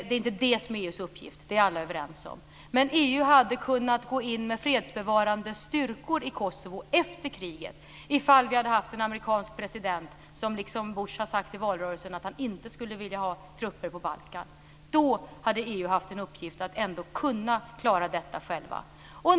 Det är inte det som är EU:s uppgift, det är alla överens om. Men EU hade kunnat gå in med fredsbevarande styrkor i Kosovo efter kriget om vi hade haft en amerikansk president som, liksom Bush i valrörelsen, hade sagt att han inte skulle vilja ha trupper på Balkan. Då hade man i EU haft en uppgift att ändå kunna klara detta själva.